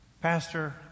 Pastor